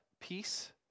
peace